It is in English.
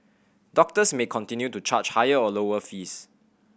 doctors may continue to charge higher or lower fees